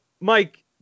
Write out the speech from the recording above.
Mike